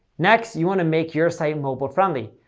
next, you want to make your site mobile-friendly.